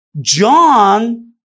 John